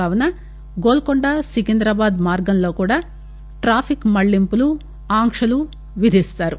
కావున గోల్పొండ సికింద్రాబాద్ మార్గంలో కూడా ట్రాఫిక్ మల్లింపులు ఆంక్షలు విధిస్తారు